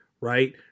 right